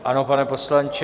Ano, pane poslanče.